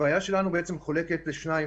הבעיה שלנו מחולקת לשניים,